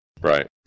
Right